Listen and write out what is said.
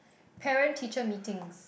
parent teacher Meetings